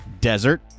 desert